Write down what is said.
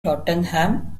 tottenham